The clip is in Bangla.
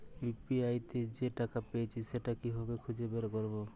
ইউ.পি.আই তে যে টাকা পেয়েছি সেটা কিভাবে খুঁজে বের করবো?